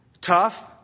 tough